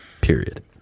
period